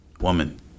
woman